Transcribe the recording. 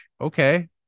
okay